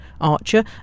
Archer